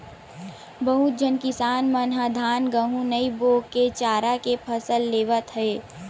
बहुत झन किसान मन ह धान, गहूँ नइ बो के चारा के फसल लेवत हे